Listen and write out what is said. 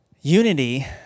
Unity